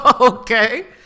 Okay